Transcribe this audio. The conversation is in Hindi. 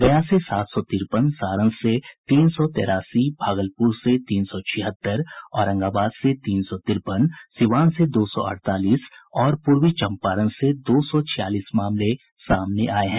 गया से सात सौ तिरपन सारण से तीन सौ तेरासी भागलपुर से तीन सौ छिहत्तर औरंगाबाद से तीन सौ तिरपन सीवान से दो सौ अड़तालीस और पूर्वी चम्परण से दो सौ छियालीस मामले सामने आये है